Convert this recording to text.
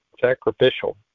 sacrificial